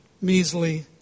measly